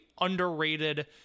underrated